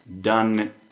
done